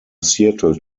seattle